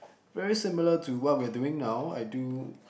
very similar to what we are doing now I do